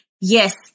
yes